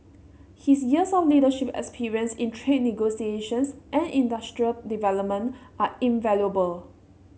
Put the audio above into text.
his years of leadership experience in trade negotiations and industrial development are invaluable